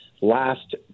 Last